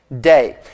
day